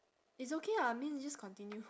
it's okay ah I mean just continue